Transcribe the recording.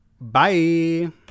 Bye